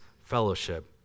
fellowship